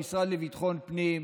במשרד לביטחון הפנים,